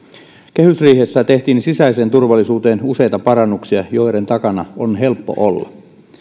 kehysriihessä tehtiin sisäiseen turvallisuuteen useita parannuksia joiden takana on helppo olla